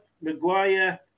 Maguire